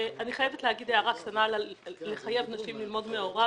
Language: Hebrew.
אני חייבת לומר הערה קטנה לגבי חיוב נשים ללמוד מעורב.